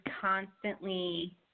constantly